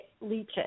leaches